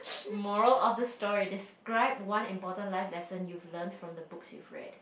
moral of the story describe one important life lesson you've learnt from the books you've read